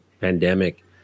pandemic